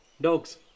Dogs